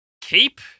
Keep